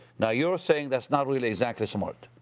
now, you're saying that's not really exactly smart.